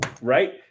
right